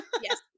Yes